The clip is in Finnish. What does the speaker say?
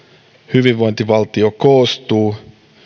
hyvinvointivaltio koostuu